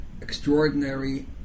extraordinary